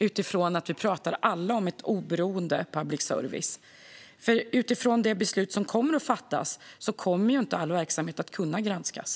Utifrån det beslut som kommer att fattas kommer ju inte all verksamhet att kunna granskas.